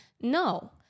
No